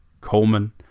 coleman